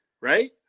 right